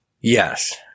Yes